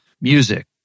Music